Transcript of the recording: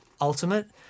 ultimate